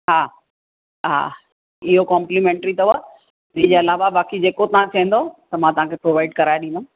हा हा इहो कॉंप्लीमेंट्री अथव हिनजे अलावा जेको तव्हां चईंदव मां तव्हांखे प्रोवाइड कराए ॾींदुमि